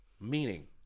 meaning